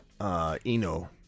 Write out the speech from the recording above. Eno